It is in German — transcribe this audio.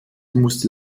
musste